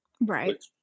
Right